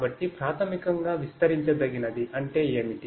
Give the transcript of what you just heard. కాబట్టి ప్రాథమికంగా విస్తరించదగినది అంటే ఏమిటి